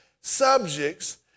subjects